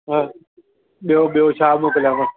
हां ॿियो ॿियो छा मोकिलियांव